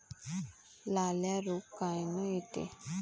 लाल्या रोग कायनं येते?